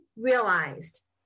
realized